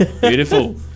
Beautiful